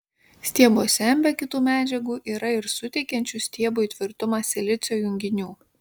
stiebuose be kitų medžiagų yra ir suteikiančių stiebui tvirtumą silicio junginių